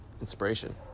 inspiration